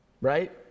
right